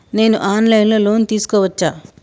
నేను online లో loan తీసుకోవచ్చా?